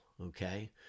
okay